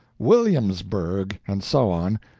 williamsburgh, and so on,